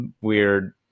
weird